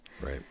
right